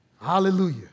Hallelujah